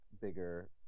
bigger